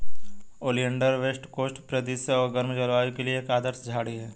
oleander west coast परिदृश्य और गर्म जलवायु के लिए एक आदर्श झाड़ी है